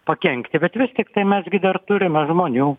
pakenkti bet vis tiktai mes gi dar turime žmonių